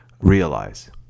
realize